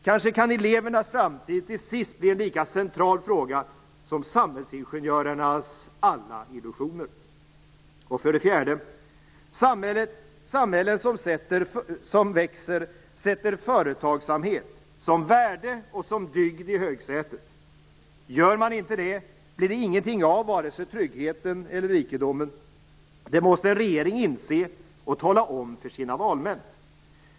Kanske kan elevernas framtid till sist bli en lika central fråga som samhällsingenjörernas alla illusioner. För det fjärde: Samhällen som växer sätter företagsamhet som värde och som dygd i högsätet. Gör man inte det blir det ingenting av vare sig tryggheten eller rikedomen. Det måste en regeringen inse och tala om för sina valmän.